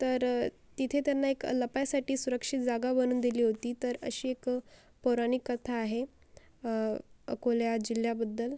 तर तिथे त्यांना एक लपायसाठी सुरक्षित जागा बनून दिली होती तर अशी एक पौराणिक कथा आहे अकोला जिल्ह्याबद्दल